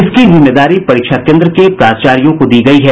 इसकी जिम्मेदारी परीक्षा केन्द्र के प्राचार्यो को दी गयी है